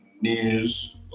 news